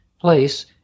place